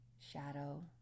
shadow